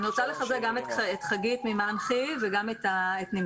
אני רוצה לחזק גם את חגית ממנח"י וגם את נמרוד.